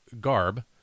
garb